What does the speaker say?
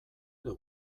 edo